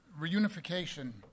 reunification